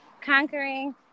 conquering